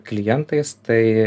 klientais tai